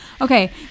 Okay